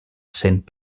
cent